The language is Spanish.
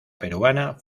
peruana